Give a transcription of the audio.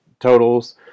totals